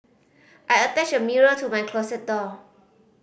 I attached a mirror to my closet door